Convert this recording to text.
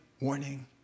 warning